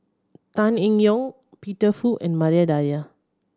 Tan Eng Yoon Peter Fu and Maria Dyer